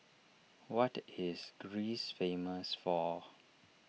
what is Greece famous for